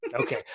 Okay